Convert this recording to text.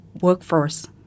workforce